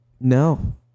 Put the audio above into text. no